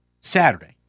Saturday